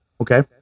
okay